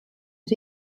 her